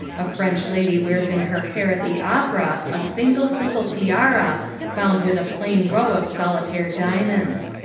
a french lady wears in her hair at the opera a single, simple tiara bound with a plain row of solitaire diamonds.